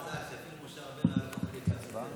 מזל שאפילו למשה רבנו היה מחליף כשהיה צריך להיכנס לארץ ישראל,